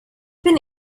been